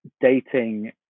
dating